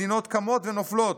מדינות קמות ונופלות.